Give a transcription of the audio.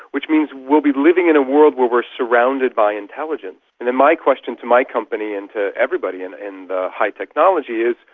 which means we'll be living in a world where we're surrounded by intelligence. and then my question to my company and to everybody in in the high technology is,